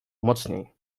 mocniej